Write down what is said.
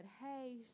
Hey